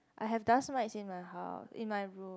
I have dust mite in my house in my room